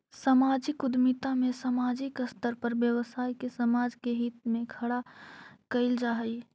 सामाजिक उद्यमिता में सामाजिक स्तर पर व्यवसाय के समाज के हित में खड़ा कईल जा हई